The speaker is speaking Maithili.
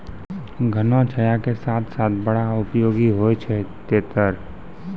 घना छाया के साथ साथ बड़ा उपयोगी होय छै तेतर